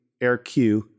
AirQ